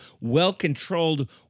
well-controlled